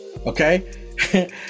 Okay